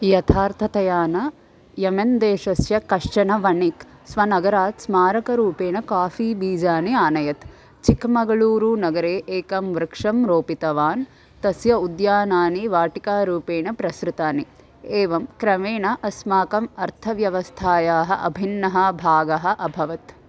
यथार्थतया न यमेन् देशस्य कश्चन वणिक् स्वनगरात् स्मारकरूपेण काफ़ी बीजानि आनयत् चिक्क्मगळूरुनगरे एकं वृक्षं रोपितवान् तस्य उद्यानानि वाटिकारूपेण प्रसृतानि एवं क्रमेण अस्माकम् अर्थव्यवस्थायाः अभिन्नः भागः अभवत्